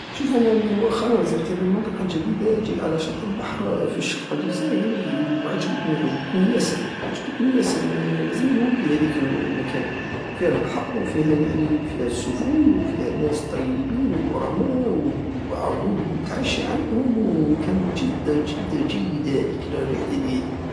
شوف انا راني مؤخرا زرت هده المنطقة الجديدة جاية على شط البحر في الشرق الجزائري وعجبتني عجبتني ياسر- عجبتني ياسر ما- لازم نوليلها لهديك المكان فيه لبحر وفيه يعني وفيه السفن وفيه الناس الطيبين وكرمى وعرضوني نتعشى عندهم وكان جد جد جيد هديك الرحلة ديالي